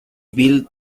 bill